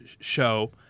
Show